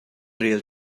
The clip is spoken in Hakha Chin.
rel